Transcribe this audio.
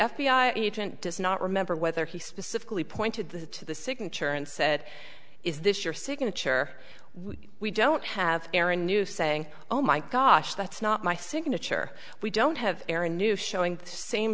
i agent does not remember whether he specifically pointed to the signature and said is this your signature we don't have aaron new saying oh my gosh that's not my signature we don't have air a new showing the same